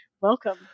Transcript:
welcome